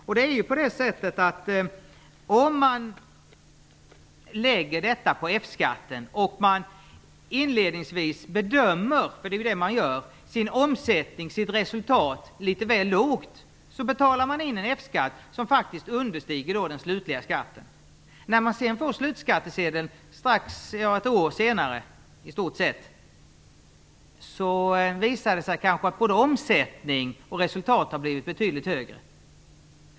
Om detta läggs på F-skatten och om man inledningsvis bedömer sitt resultat litet väl lågt betalar man in en F-skatt som understiger den slutliga skatten. När man sedan får slutskattesedeln ett år senare visar det sig kanske att både omsättning och resultat har blivit betydligt högre.